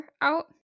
out